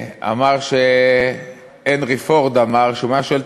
אמר שהנרי פורד אמר שאם הוא היה שואל את